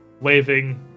waving